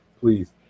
please